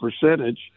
percentage